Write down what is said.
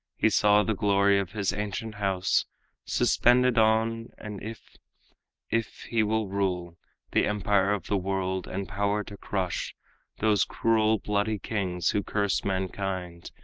he saw the glory of his ancient house suspended on an if if he will rule the empire of the world, and power to crush those cruel, bloody kings who curse mankind,